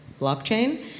blockchain